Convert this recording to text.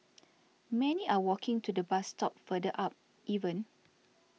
many are walking to the bus stop further up even